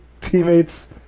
teammates